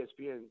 ESPN